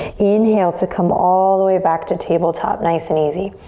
inhale to come all the way back to tabletop. nice and easy.